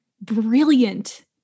brilliant